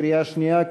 קריאה שנייה,